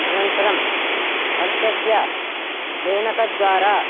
अनन्तरं हस्तस्य फेनकद्वारा